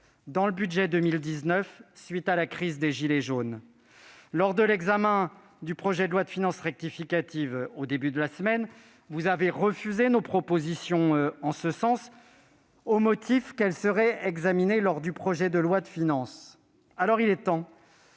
dans le budget pour 2019, à la suite de la crise des « gilets jaunes ». Lors de l'examen du dernier projet de loi de finances rectificative, au début de la semaine, vous avez refusé nos propositions en ce sens, au motif qu'elles seraient examinées lors de la discussion du projet de loi de finances. Il est temps